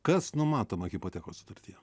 kas numatoma hipotekos sutartyje